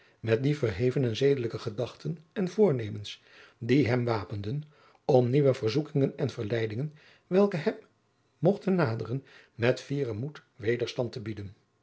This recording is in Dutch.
met die verheven zedelijke gedachten en voornemens die hem wapenden om nieuwe verzoekingen en verleidingen welke hem mogten naderen met fieren moed wederstand te bieden